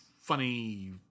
Funny